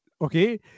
okay